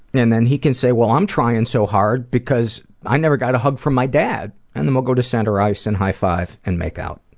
and then he can say, well, i'm trying so hard because i never got a hug from my dad. and then we'll go to center ice and high five and make out.